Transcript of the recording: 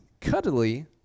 cuddly